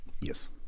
Yes